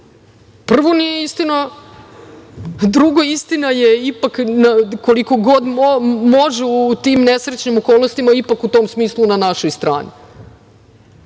Prvo, nije istina. Drugo, istina je koliko god može u tim nesrećnim okolnostima ipak u tom smislu na našoj strani. Dakle,